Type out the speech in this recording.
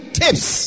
tips